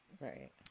right